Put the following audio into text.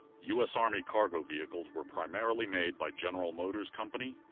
u s. army cargo vehicles were primarily made by general motors company,